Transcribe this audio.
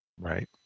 Right